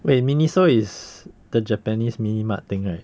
wait miniso is the japanese mini mart thing right